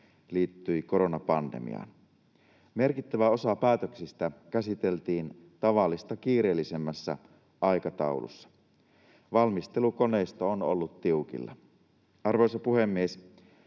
liittyi koronapandemiaan. Merkittävä osa päätöksistä käsiteltiin tavallista kiireellisemmässä aikataulussa — valmistelukoneisto on ollut tiukilla. Arvoisa puhemies!